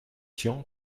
tian